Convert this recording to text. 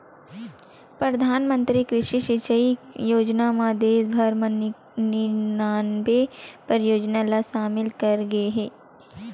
परधानमंतरी कृषि सिंचई योजना म देस भर म निनानबे परियोजना ल सामिल करे गे हे